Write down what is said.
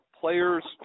players